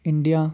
India